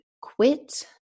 quit